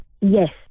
Yes